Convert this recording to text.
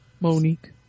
monique